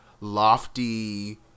lofty